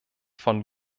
von